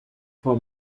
for